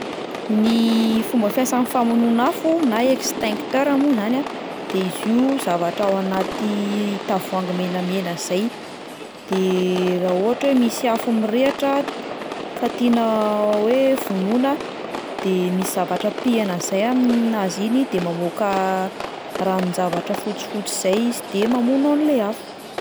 Ny fomba fiasan'ny famonoana afo na extincteur moa zany a de izy io zavatra ao anaty tavoahangy menamena zay, de raha ohatra hoe misy afo mirehatra ka tiana hoe vonoina de misy zavatra